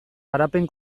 garapen